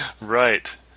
Right